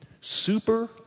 Super